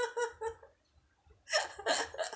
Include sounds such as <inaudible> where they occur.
<laughs>